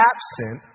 Absent